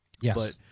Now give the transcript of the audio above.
Yes